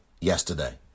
yesterday